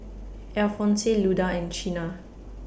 Alphonse Luda and Chynna